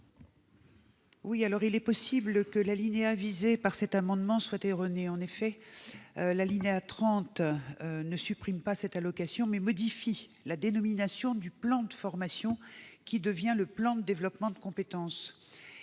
? Il est possible que l'alinéa visé par cet amendement soit erroné. En effet, l'alinéa 30 ne supprime pas cette allocation ; il modifie la dénomination du plan de formation, qui devient le « plan de développement des compétences